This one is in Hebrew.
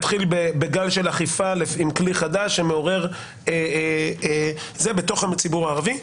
מבחינתם להתחיל בגל של אכיפה עם כלי חדש בתוך הציבור הערבי.